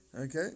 Okay